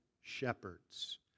shepherds